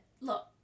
look